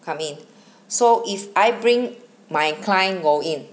come in so if I bring my client go in